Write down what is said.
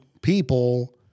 people